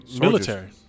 military